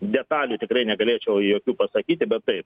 detalių tikrai negalėčiau jokių pasakyti bet taip